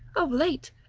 of late,